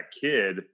kid